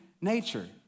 nature